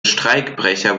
streikbrecher